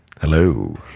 Hello